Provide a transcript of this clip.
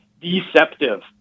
deceptive